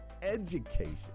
education